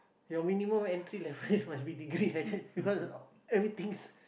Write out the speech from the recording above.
your minimum entry level must be degree I think because everything